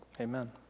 Amen